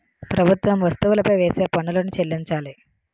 ప్రభుత్వం వస్తువులపై వేసే పన్నులను చెల్లించాలి